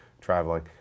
traveling